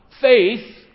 faith